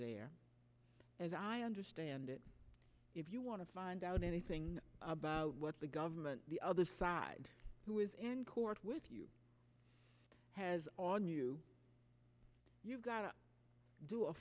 there as i understand it if you want to find out anything about what the government the other side who is in court with you has on you you've got to do a